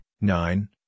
nine